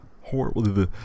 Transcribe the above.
Horrible